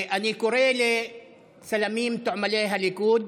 אני קורא לצלמים תועמלני הליכוד: